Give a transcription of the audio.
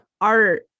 art